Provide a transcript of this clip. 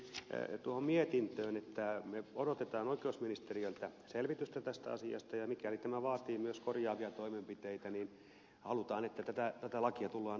me silloin lakivaliokunnassa laitoimme mietintöön että odotamme oikeusministeriöltä selvitystä tästä asiasta ja mikäli tämä vaatii myös korjaavia toimenpiteitä niin halutaan että tätä lakia tullaan uudistamaan